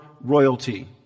royalty